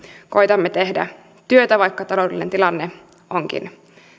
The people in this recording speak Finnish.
koetamme tehdä työtä vaikka taloudellinen tilanne onkin